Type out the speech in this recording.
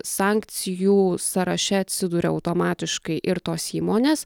sankcijų sąraše atsiduria automatiškai ir tos įmonės